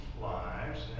lives